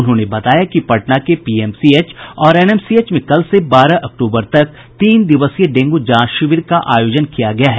उन्होंने बताया कि पटना के पीएमसीएच और एनएमसीएच में कल से बारह अक्टूबर तक तीन दिवसीय डेंगू जांच शिविर का आयोजन किया गया है